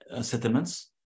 settlements